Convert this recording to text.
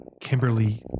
kimberly